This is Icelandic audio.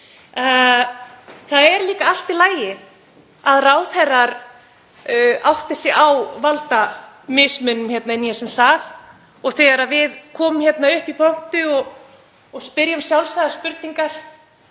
það er líka allt í lagi að ráðherrar átti sig á valdamismuninum í þessum sal. Þegar við komum upp í pontu og spyrjum sjálfsagðra spurningar